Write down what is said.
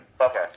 Okay